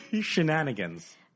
shenanigans